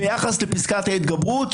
ביחס לפסקת ההתגברות,